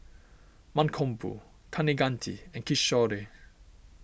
Mankombu Kaneganti and Kishore